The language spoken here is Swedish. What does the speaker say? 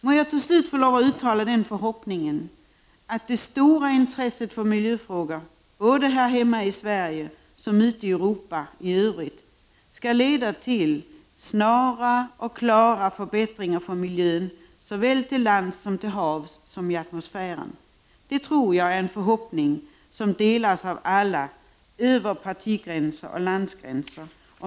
Må jag till slut få lov att uttala den förhoppningen att det stora intresset för miljöfrågor både här hemma i Sverige och ute i Europa i övrigt skall leda till snara och klara förbättringar för miljön, såväl till lands och till havs som i atmosfären. Det tror jag är en förhoppning som delas av alla över partigränser och landgränser.